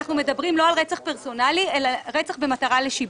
אנחנו מדברים לא על רצח פרסונלי אלא על רצח במטרה לשיבוש.